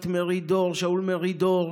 את שאול מרידור,